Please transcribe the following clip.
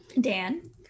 Dan